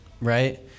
right